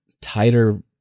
tighter